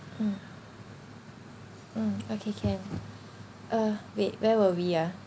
mm mm okay can uh wait where were we ah